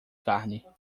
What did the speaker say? carne